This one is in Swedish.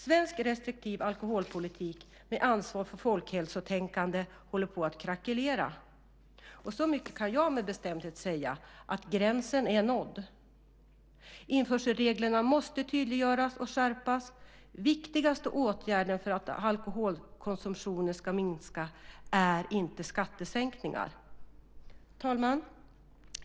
Svensk restriktiv alkoholpolitik med ansvar för folkhälsotänkandet håller på att krackelera. Så mycket kan jag med bestämdhet säga att gränsen är nådd. Införselreglerna måste tydliggöras och skärpas. Viktigaste åtgärden för att alkoholkonsumtionen ska minska är inte skattesänkningar. Herr talman!